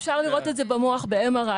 אפשר לראות את זה במוח ב-MRI,